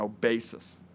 basis